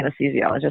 anesthesiologist